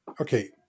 okay